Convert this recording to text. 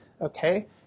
okay